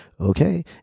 okay